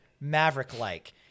Maverick-like